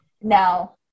now